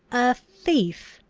a thief!